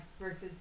versus